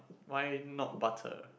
why not butter